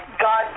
God